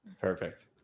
perfect